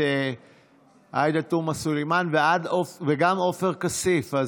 עאידה תומא סלימאן וגם עופר כסיף.